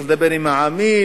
צריך לדבר עם העמים,